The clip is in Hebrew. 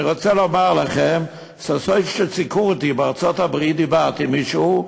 מובן שאין אומה מושלמת,